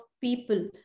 people